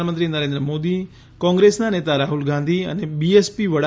પ્રધાનમંત્રી નરેન્દ્ર મોદી કોંગ્રેસના નેતા રાહુલ ગાંધી અને બીએસપી વડા